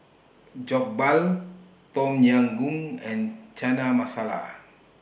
Jokbal Tom Yam Goong and Chana Masala